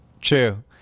True